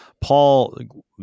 Paul